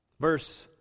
Verse